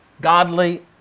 godly